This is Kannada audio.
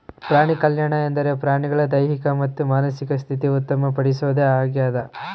ಪ್ರಾಣಿಕಲ್ಯಾಣ ಎಂದರೆ ಪ್ರಾಣಿಗಳ ದೈಹಿಕ ಮತ್ತು ಮಾನಸಿಕ ಸ್ಥಿತಿ ಉತ್ತಮ ಪಡಿಸೋದು ಆಗ್ಯದ